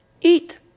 Eat